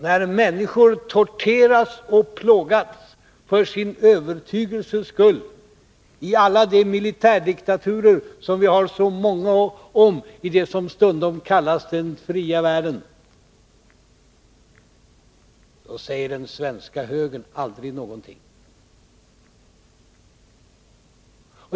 När människor torteras och plågas för sin övertygelses skull i alla de militärdiktaturer som det finns så många av i det som stundom kallas den fria världen, då säger den svenska högern aldrig någonting.